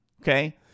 okay